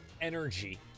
energy